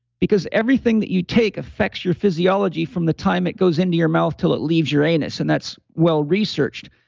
because everything that you take affects your physiology from the time it goes into your mouth, till it leaves your anus, and that's well researched,